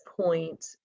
point